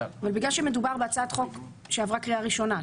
ובגלל שמדובר בהצעת חוק שעברה קריאה ראשונה,